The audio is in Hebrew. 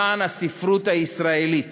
למען הספרות הישראלית.